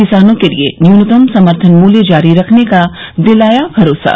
किसानों के लिए न्यूनतम समर्थन मूल्य जारी रखने का दिलाया भरोसा